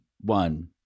one